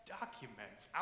documents